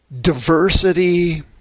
diversity